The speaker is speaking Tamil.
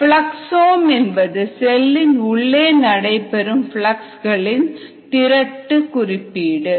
பிளக்ஸ்ஓம் என்பது செல்லின் உள்ளே நடைபெறும் பிளக்ஸ் களின் திரட்டு குறிப்பீடு